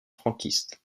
franquiste